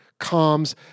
comms